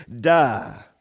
die